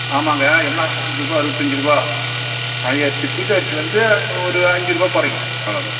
ஆமாங்க எல்லாம் அறுபது ரூபாய் அறுபத்தஞ்சு ரூபாய் பழைய அரிசி புது அரிசி வந்து ஒரு அஞ்சு ரூபாய் குறையும் அவ்வளோ தான்